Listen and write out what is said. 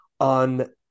on